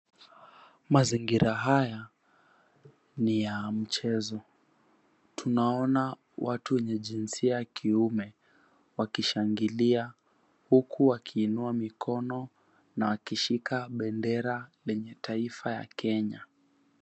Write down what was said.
Mazingira haya ni ya mchezo tunaona watu wenye jinsia ya kiume wakishangilia huku wakiinua mikono na wakishika bendera lenye taifa la 𝐾𝑒𝑛𝑦𝑎.